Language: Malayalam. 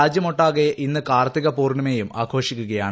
രാജ്യമൊട്ടാകെ ഇന്ന് കാർത്തിക പൂർണിമയും ആഘോഷിക്കുകയാണ്